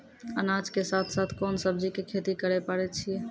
अनाज के साथ साथ कोंन सब्जी के खेती करे पारे छियै?